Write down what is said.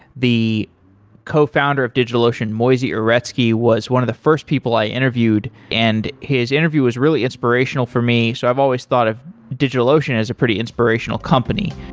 the co-founder of digital ocean moisey uretsky was one of the first people i interviewed and his interview was really inspirational for me, so i've always thought of digitalocean as a pretty inspirational company.